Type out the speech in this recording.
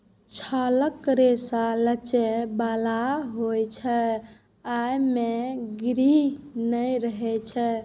छालक रेशा लचै बला होइ छै, अय मे गिरह नै रहै छै